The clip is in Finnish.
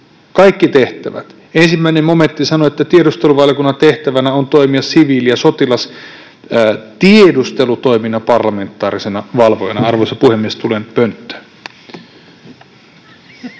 kaikki tehtävät. 1 momentti sanoo, että tiedusteluvaliokunnan ”tehtävänä on toimia siviili- ja sotilastiedustelutoiminnan parlamentaarisena valvojana”. Arvoisa puhemies! Tulen pönttöön.